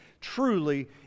truly